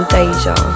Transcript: Deja